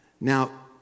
Now